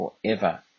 forever